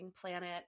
planet